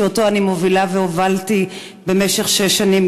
שאותו אני מובילה והובלתי במשך שש שנים,